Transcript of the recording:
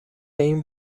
این